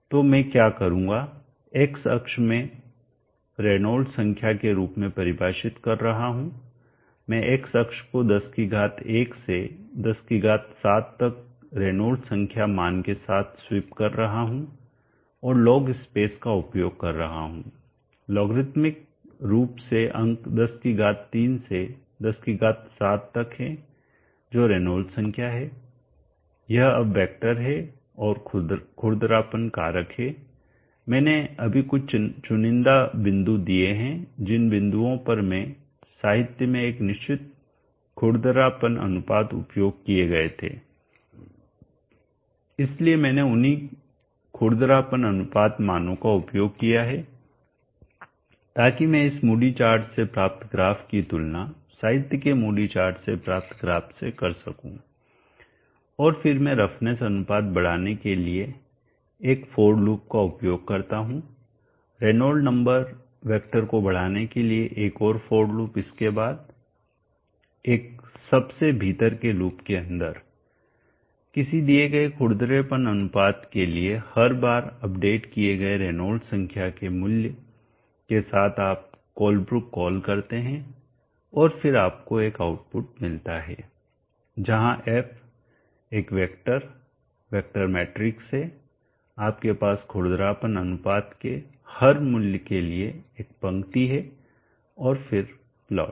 तो मैं क्या करूँगा x अक्ष मैं रेनॉल्ड्स संख्या के रूप में परिभाषित कर रहा हूं मैं x अक्ष को 101 से 107 तक रेनॉल्ड्स संख्या मान के साथ स्वीप कर रहा हूं और लॉग स्पेस का उपयोग कर रहा हूं लॉगरिदमिक रूप से अंक 103 से 107 तक हैं जो रेनॉल्ड्स संख्या हैं यह अब वेक्टर है और खुरदरापन कारक है मैंने अभी कुछ चुनिंदा बिंदु दिए हैं जिन बिंदुओं पर मैं साहित्य में एक निश्चित खुरदरापन अनुपात उपयोग किए गए थे इसलिए मैंने उन्हीं खुरदरापन अनुपात मानों का उपयोग किया है ताकि मैं इस मूडी चार्ट से प्राप्त ग्राफ की तुलना साहित्य के मूडी चार्ट से प्राप्त ग्राफ से कर सकूं और फिर मैं रफ़नेस अनुपात बढ़ाने के लिए एक FOR लूप का उपयोग करता हूँ रेनॉल्ड्स नंबर वेक्टर को बढ़ाने के लिए एक और FOR लूप इसके बाद एक सबसे भीतर के लूप के अंदर किसी दिए गए खुरदरेपन अनुपात के लिए हर बार अपडेट किए गए रेनॉल्ड्स संख्या के मूल्य के साथ आप कोलब्रुक कॉल करते हैं और फिर आपको एक आउटपुट मिलता है जहां f एक वेक्टर वेक्टर मैट्रिक्स है आपके पास खुरदरापन अनुपात के हर मूल्य के लिए एक पंक्ति है और फिर प्लोट